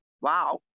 Wow